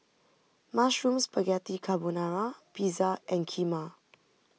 Mushroom Spaghetti Carbonara Pizza and Kheema